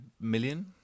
million